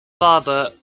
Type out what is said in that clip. father